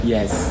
Yes